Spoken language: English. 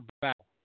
battle